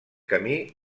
camí